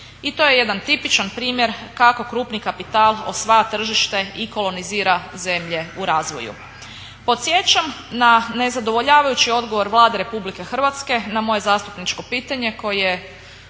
i to je jedan tipičan primjer kako krupni kapital osvaja tržište i kolonizira zemlje u razvoju. Podsjećam na nezadovoljavajući odgovor Vlade Republike Hrvatske na moje zastupničko pitanje koje je